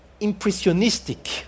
impressionistic